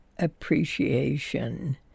appreciation